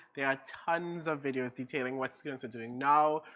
there are tons of videos detailing what students are doing now,